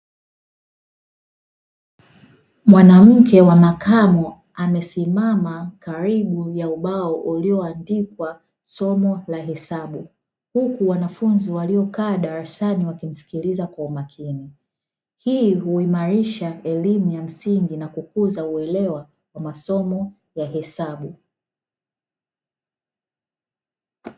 Mwanamke wa makamo amesimama karibu ya ubao ulioandikwa somo la hesabu, huku wanafunzi waliokaa darasani wakimsikiliza kwa umakini. Hii huimarisha elimu ya msingi na kukuza uelewa wa masomo ya hesabu.